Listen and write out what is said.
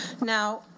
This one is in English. Now